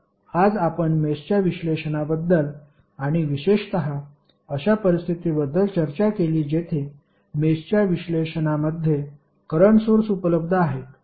तर आज आपण मेषच्या विश्लेषणाबद्दल आणि विशेषत अशा परिस्थितीबद्दल चर्चा केली जेथे मेषच्या विश्लेषणामध्ये करंट सोर्स उपलब्ध आहेत